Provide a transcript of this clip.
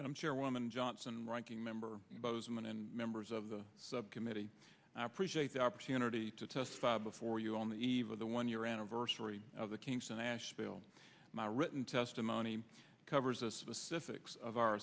and i'm sure woman johnson ranking member bozeman and members of the subcommittee i appreciate the opportunity to testify before you on the eve of the one year anniversary of the kingston ashville my written testimony covers the specifics of our